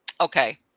Okay